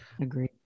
Agree